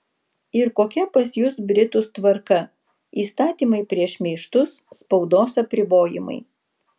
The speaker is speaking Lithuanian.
ir kokia pas jus britus tvarka įstatymai prieš šmeižtus spaudos apribojimai